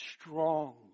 strong